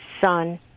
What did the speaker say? son